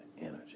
energy